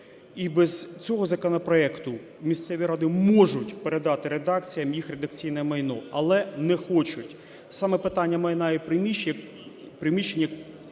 і без цього законопроекту місцеві ради можуть передати редакціям їх редакційне майно, але не хочуть. Саме питання майна і приміщень